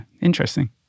interesting